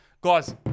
guys